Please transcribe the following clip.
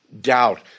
doubt